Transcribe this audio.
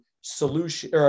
solution